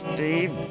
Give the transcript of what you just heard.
Steve